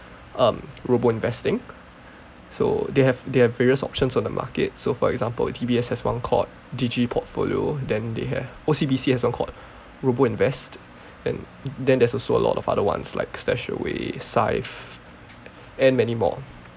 um robo investing so they have they have various options on the market so for example D_B_S has one called digi Portfolio then they have O_C_B_C has one called RoboInvest then then there's also a lot of other ones like Stashaway Syfe and many more